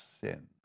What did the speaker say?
sin